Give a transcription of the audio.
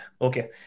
Okay